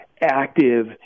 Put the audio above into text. active